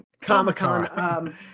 Comic-Con